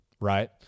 right